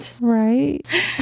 Right